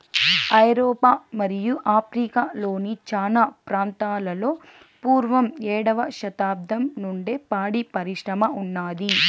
ఐరోపా మరియు ఆఫ్రికా లోని చానా ప్రాంతాలలో పూర్వం ఏడవ శతాబ్దం నుండే పాడి పరిశ్రమ ఉన్నాది